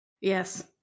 Yes